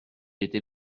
était